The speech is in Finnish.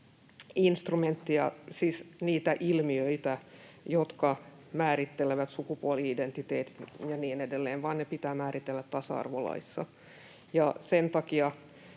instrumentteja, siis niitä ilmiöitä, jotka määrittelevät sukupuoli-identiteetit ja niin edelleen, vaan ne pitää määritellä tasa-arvolaissa. Sen takia